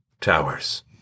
towers